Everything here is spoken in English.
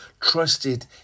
trusted